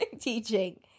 Teaching